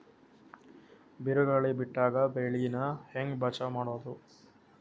ಬಿರುಗಾಳಿ ಬಿಟ್ಟಾಗ ಬೆಳಿ ನಾ ಹೆಂಗ ಬಚಾವ್ ಮಾಡೊದು?